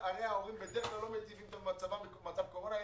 ההורים בדרך כלל לא מיטיבים את מצבם במצב קורונה,